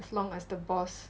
as long as the boss